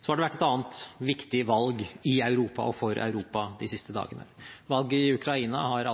Så har det vært et annet viktig valg i Europa og for Europa de siste dagene. Valget i Ukraina har